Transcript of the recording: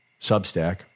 Substack